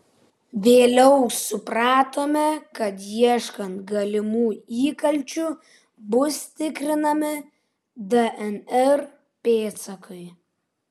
vėliau supratome kad ieškant galimų įkalčių bus tikrinami dnr pėdsakai